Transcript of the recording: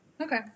Okay